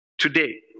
Today